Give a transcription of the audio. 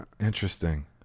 Interesting